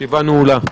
הישיבה נעולה.